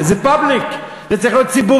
זה public, זה צריך להיות ציבורי.